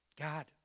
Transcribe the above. God